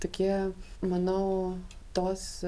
tokie manau tos